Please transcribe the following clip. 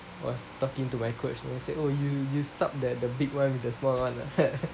was talking to my coach then he said oh you you sub the big one with the small one ah